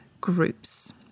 groups